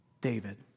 David